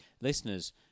listeners